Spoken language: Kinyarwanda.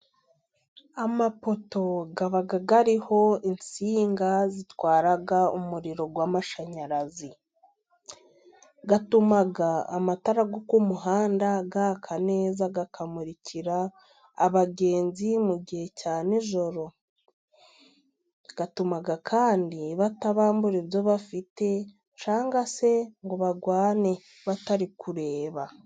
Amapoto aba ariho insinga zitwara umuriro w'amashanyarazi, atuma amatara yo ku muhanda yaka neza akamurikira abagenzi mu gihe cya nijoro, agatuma kandi batabambura ibyo bafite cyangwa se ngo barwane batari kureba.